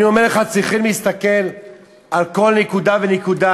אני אומר לך, צריכים להסתכל על כל נקודה ונקודה.